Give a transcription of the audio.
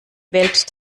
welt